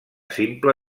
simple